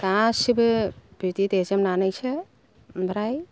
गासिबो बिदि देजोबनानैसो ओमफ्राइ